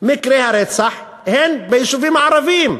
מקרי הרצח הם ביישובים ערביים.